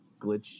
glitch